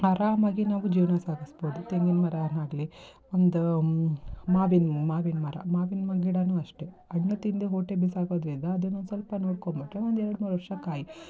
ಆರಾಮಾಗಿ ನಾವು ಜೀವನ ಸಾಗಿಸ್ಬೋದು ತೆಂಗಿನ ಮರವನ್ನಾಗಲಿ ಒಂದು ಮಾವಿನ ಮಾವಿನ ಮರ ಮಾವಿನ ಗಿಡನೂ ಅಷ್ಟೆ ಹಣ್ಣು ತಿಂದು ಗೊಂಟೆ ಬಿಸಾಕಿದ್ವಿ ಅದನ್ನೊಂದು ಸ್ವಲ್ಪ ನೋಡ್ಕೊಂಡು ಬಿಟ್ಟು ಒಂದೆರಡು ಮೂರು ವರ್ಷ ಕಾಯಿ